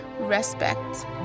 respect